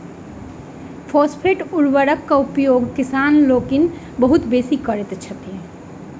phosphate उर्वरकक उपयोग किसान लोकनि बहुत बेसी करैत छथि